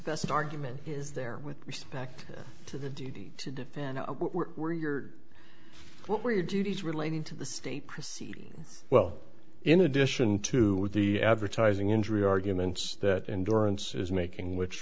best argument is there with respect to the duty to defend what were your what were your duties relating to the state proceeding well in addition to the advertising injury arguments that insurance is making which